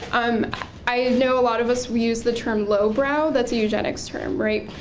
um i know a lot of us we use the term lowbrow that's a eugenic term, right.